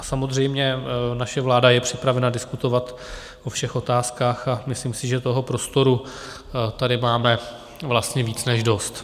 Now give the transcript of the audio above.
Samozřejmě naše vláda je připravena diskutovat o všech otázkách a myslím si, že toho prostoru tady máme vlastně víc než dost.